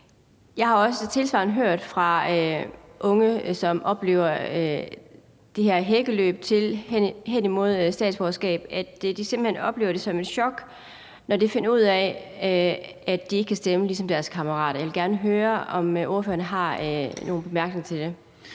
Jeg har også tilsvarende hørt fra unge, som simpelt hen oplever det her hækkeløb hen imod statsborgerskab som et chok, når de finder ud af, at de ikke kan stemme ligesom deres kammerater. Jeg vil gerne høre, om ordføreren har nogle bemærkninger til det.